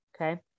Okay